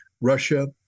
Russia